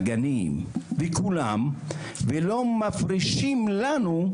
הגנים וכולם ולא מפרישים לנו.